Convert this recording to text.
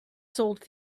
sold